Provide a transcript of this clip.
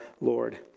Lord